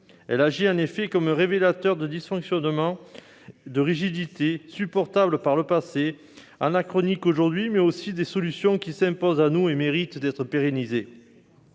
crise agit en effet comme un révélateur de dysfonctionnements, de rigidités, supportables par le passé, anachroniques aujourd'hui, mais aussi de solutions qui s'imposent à nous et méritent d'être pérennisées.